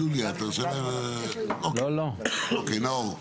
אוקיי, נאור.